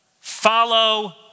Follow